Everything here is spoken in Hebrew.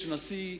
יש נשיא,